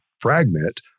fragment